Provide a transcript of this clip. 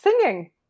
singing